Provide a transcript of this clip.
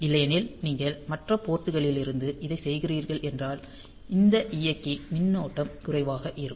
இல்லையெனில் நீங்கள் மற்ற போர்ட் டுகளிலிருந்து இதைச் செய்கிறீர்கள் என்றால் இந்த இயக்கி மின்னோட்டம் குறைவாக இருக்கும்